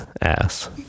Ass